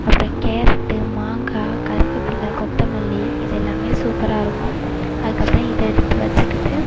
அப்புறம் கேரட்டு மாங்காய் கருவேப்புல கொத்தமல்லி இது எல்லாம் சூப்பராக இருக்கும் அதுக்கப்புறம் இது எடுத்து வச்சுக்கிட்டு